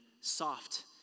soft